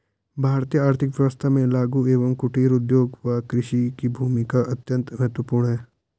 भारतीय आर्थिक व्यवस्था में लघु एवं कुटीर उद्योग व कृषि की भूमिका अत्यंत महत्वपूर्ण है